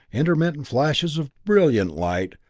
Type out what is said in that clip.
intermittent flashes of brilliant light,